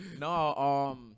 No